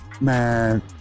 man